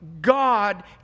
God